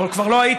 אולי כבר לא היית,